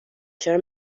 چرا